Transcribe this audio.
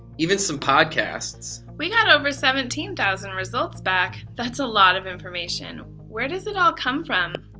even some podcasts. we got over seventeen thousand results back, that's a lot of information. where does it all come from?